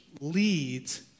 leads